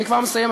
אני כבר מסיים,